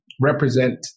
represent